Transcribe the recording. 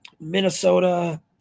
Minnesota